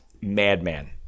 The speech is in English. madman